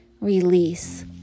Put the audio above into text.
release